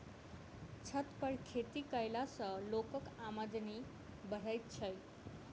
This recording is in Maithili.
छत पर खेती कयला सॅ लोकक आमदनी बढ़ैत छै